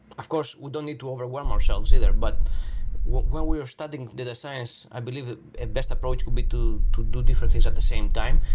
of course, we don't need to overwhelm ourselves either, but when we're starting data science, i believe a best approach would be to do different things at the same time,